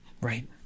right